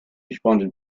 responded